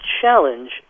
challenge